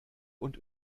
und